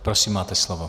Prosím, máte slovo.